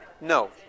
no